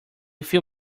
few